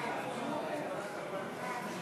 ההצעה להעביר את הצעת חוק זכויות החולה (תיקון,